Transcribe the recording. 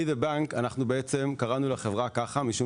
אנחנו קראנו לחברה Be The Bank משום